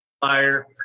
fire